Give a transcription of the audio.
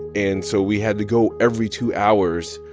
and so we had to go every two hours,